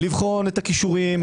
לבחון את הכישורים,